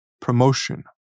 promotion